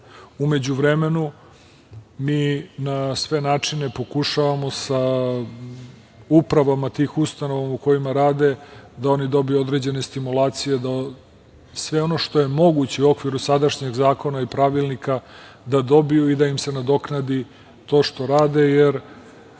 U međuvremenu, mi na sve načine pokušavamo sa upravama tih ustanova u kojima rade da oni dobiju određene stimulacije, sve ono što je moguće u okviru sadašnjeg zakona i pravilnika da dobiju i da im se nadoknadi to što rade. Smatram